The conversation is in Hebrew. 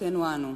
וחובתנו אנו.